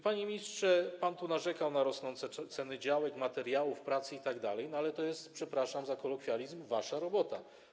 Panie ministrze, pan tu narzekał na rosnące ceny działek, materiałów, pracy itd., ale to jest, przepraszam za kolokwializm, wasza robota.